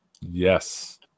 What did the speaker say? Yes